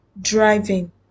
driving